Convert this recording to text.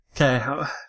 Okay